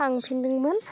थांफिनदोंमोन